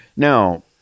Now